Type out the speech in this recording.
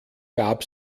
gab